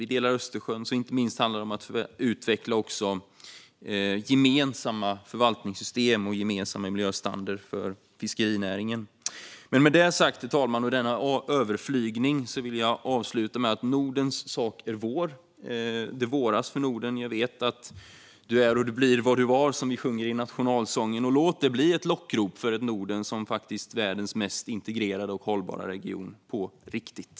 Vi delar Östersjön, så inte minst handlar det också om att utveckla gemensamma förvaltningssystem och miljöstandarder för fiskerinäringen. Efter denna överflygning, herr talman, vill jag avsluta med att Nordens sak är vår. Det våras för Norden. Jag vet att du är och du blir vad du var, som vi sjunger i nationalsången. Låt det bli ett lockrop för Norden som världens mest integrerade och hållbara region på riktigt!